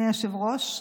אדוני היושב-ראש.